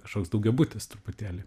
kažkoks daugiabutis truputėlį